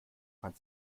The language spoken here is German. man